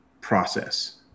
process